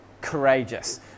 courageous